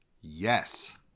Yes